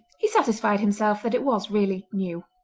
he satisfied himself that it was really new.